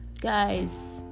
Guys